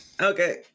Okay